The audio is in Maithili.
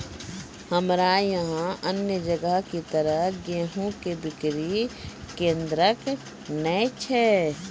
हमरा यहाँ अन्य जगह की तरह गेहूँ के बिक्री केन्द्रऽक नैय छैय?